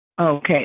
Okay